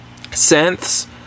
synths